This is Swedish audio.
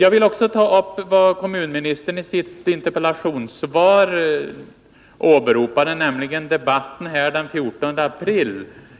Jag vill också ta upp vad kommunministern åberopade i sitt interpellationssvar, nämligen debatten här den 14 april.